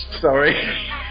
Sorry